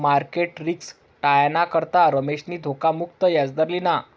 market risk टायाना करता रमेशनी धोखा मुक्त याजदर लिना